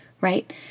right